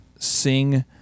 Sing